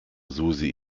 susi